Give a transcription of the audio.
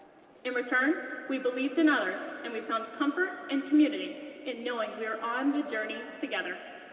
in return, we believed in others, and we found comfort and community in knowing we are on the journey together.